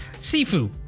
sifu